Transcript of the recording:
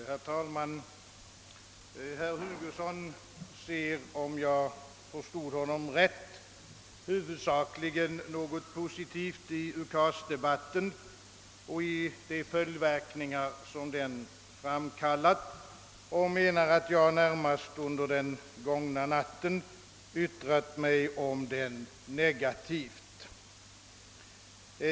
Herr talman! Herr Hugosson ser, om jag förstod honom rätt, huvudsakligen något positivt i UKAS-debatten och i de följdverkningar som den framkallat och menar, att jag under den gångna natten närmast yttrade mig negativt om UKAS-debatten.